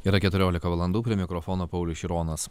yra keturiolika valandų prie mikrofono paulius šironas